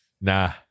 nah